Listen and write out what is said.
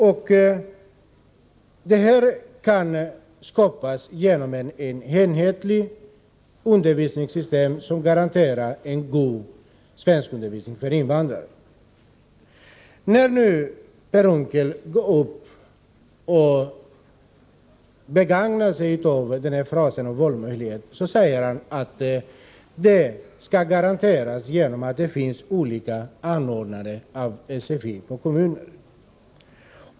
Sådana förutsättningar kan skapas genom ett enhetligt undervisningssystem, som garanterar en god svenskundervisning för invandrare. Per Unckel använder ordet ”valfrihet” och säger att sådan kan garanteras genom att det finns olika anordnare av SFI inom kommunerna.